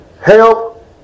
Help